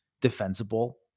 defensible